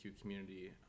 community